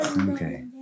Okay